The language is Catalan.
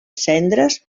cendres